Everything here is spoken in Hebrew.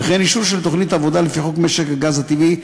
וכן אישור של תוכנית עבודה לפי חוק משק הגז הטבעי,